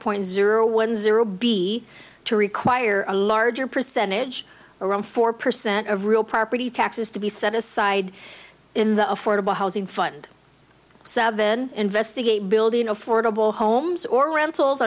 point zero one zero b to require a larger percentage around four percent of real property taxes to be set aside in the affordable housing fund seven investigate building affordable homes or rentals